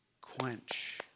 quench